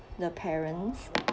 the parents